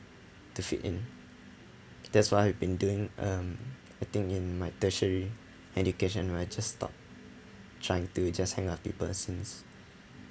to fit in that's what I've been doing um I think in my tertiary education where I just stopped trying to just hang out with people since